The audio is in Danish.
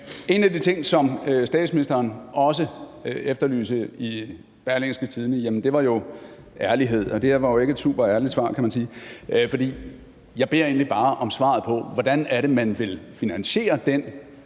En af de ting, som statsministeren også efterlyste i Berlingske, er ærlighed. Det her var jo ikke et super ærligt svar, kan man sige, for jeg beder egentlig bare om svaret på, hvordan man vil finansiere det,